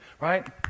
right